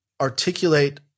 articulate